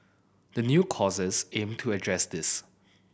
the new courses aim to address this